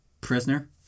prisoner